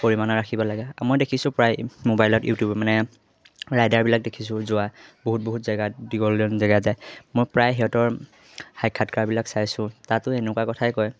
পৰিমাণে ৰাখিব লাগে মই দেখিছোঁ প্ৰায় মোবাইলত ইউটিউবত মানে ৰাইডাৰবিলাক দেখিছোঁ যোৱা বহুত বহুত জেগাত দীঘল দীঘল জেগা যায় মই প্ৰায় সিহঁতৰ সাক্ষাৎকাৰবিলাক চাইছোঁ তাতো এনেকুৱা কথাই কয়